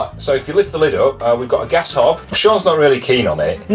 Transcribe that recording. so if you lift the lid up, we've got a gas hob, shaun's not really keen on it. no.